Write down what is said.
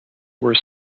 were